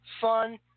fun